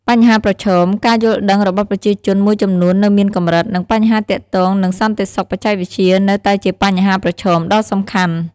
បញ្ហាប្រឈម ការយល់ដឹងរបស់ប្រជាជនមួយចំនួននៅមានកម្រិត និងបញ្ហាទាក់ទងនឹងសន្តិសុខបច្ចេកវិទ្យានៅតែជាបញ្ហាប្រឈមដ៏សំខាន់។